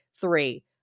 Three